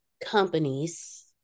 companies